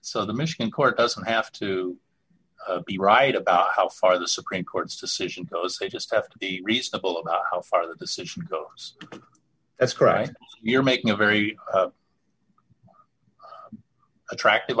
so the michigan court doesn't have to be right about how far the supreme court's decision goes they just have to be reasonable about how far the decision goes that's right you're making a very attractive